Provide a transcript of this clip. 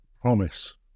promise